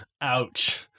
Ouch